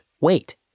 wait